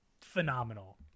phenomenal